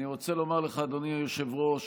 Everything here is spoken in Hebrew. אני רוצה לומר לך, אדוני היושב-ראש,